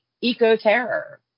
Eco-Terror